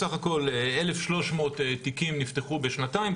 בסך הכל 1,300 תיקים נפתחו בשנתיים,